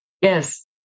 Yes